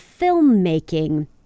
filmmaking